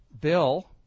Bill